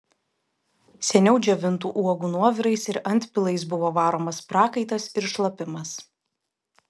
seniau džiovintų uogų nuovirais ir antpilais buvo varomas prakaitas ir šlapimas